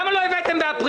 למה לא הבאתם את זה באפריל?